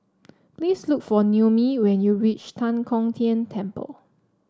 please look for Noemi when you reach Tan Kong Tian Temple